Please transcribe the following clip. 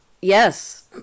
Yes